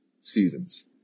seasons